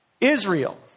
Israel